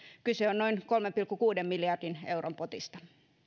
kyse on noin kolmen pilkku kuuden miljardin euron potista